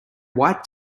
white